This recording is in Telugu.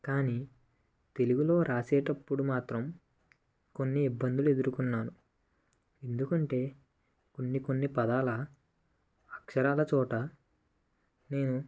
కానీ తెలుగులో రాసేటప్పుడు మాత్రం కొన్ని ఇబ్బందులు ఎదుర్కొన్నాను ఎందుకంటే కొన్ని కొన్ని పదాల అక్షరాలా చోట నేను